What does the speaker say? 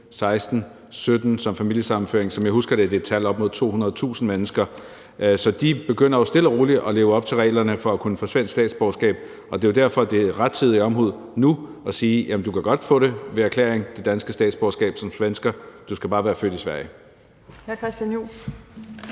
2017 ved familiesammenføring. Som jeg husker det, er det et tal på op mod 200.000 mennesker. Så de begynder jo stille og roligt at leve op til reglerne for at kunne få svensk statsborgerskab. Det er jo derfor, det er rettidig omhu nu at sige: Du kan som svensker godt få det danske statsborgerskab ved erklæring, du skal bare være født i Sverige. Kl.